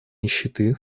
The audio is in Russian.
нищеты